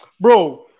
Bro